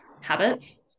habits